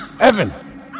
Evan